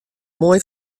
moai